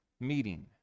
meeting